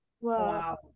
Wow